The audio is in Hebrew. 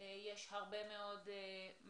יש בהם הרבה מתח.